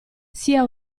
sia